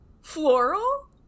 floral